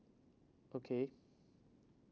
okay